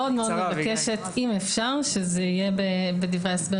מאוד מבקשת אם אפשר שזה יהיה בדברי ההסבר